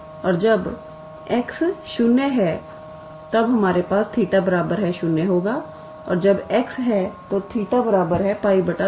और जब x 0 है तब हमारे पास 𝜃 0 होगा और जब x 1 है तो 𝜃 𝜋 2